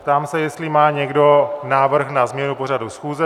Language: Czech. Ptám se, jestli má někdo návrh na změnu pořadu schůze.